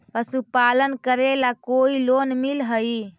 पशुपालन करेला कोई लोन मिल हइ?